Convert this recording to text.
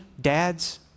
dads